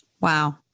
Wow